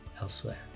elsewhere